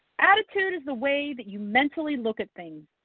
attitude is the way that you mentally look at things.